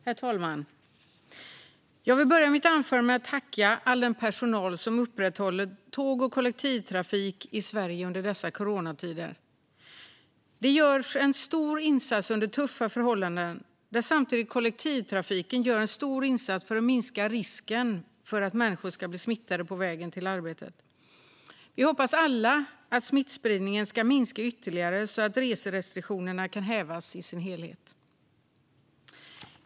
Herr talman! Jag vill börja mitt anförande med att tacka all den personal som upprätthåller tåg och kollektivtrafiken i Sverige under dessa coronatider. Det görs en stor insats under tuffa förhållanden, där samtidigt kollektivtrafiken gör en stor insats för att minska risken för att människor ska bli smittade på vägen till arbetet. Vi hoppas alla att smittspridningen ska minska ytterligare så att reserestriktionerna kan hävas i sin helhet.